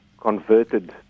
converted